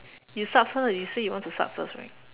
you start first ah you say you want to start first right